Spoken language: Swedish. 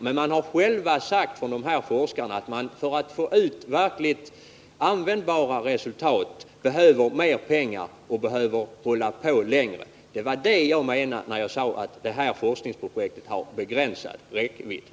Forskarna har emellertid själva uttalat att det behövs mer pengar och längre tid för att uppnå verkligt användbara resultat. Det var det jag menade när jag sade att detta forskningsprojekt hade begränsad räckvidd.